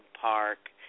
Park